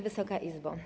Wysoka Izbo!